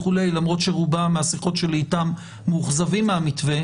למרות שרובם מהשיחות שלי איתם מאוכזבים מהמתווה